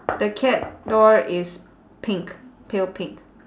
the cat door is pink pale pink